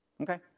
Okay